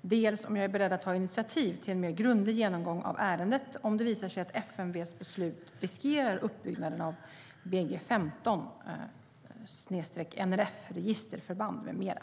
dels om jag är beredd att ta initiativ till en mer grundlig genomgång av ärendet om det visar sig att FMV:s beslut riskerar uppbyggnaden av BG15/NRF registerförband med mera.